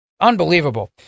Unbelievable